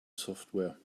software